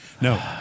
No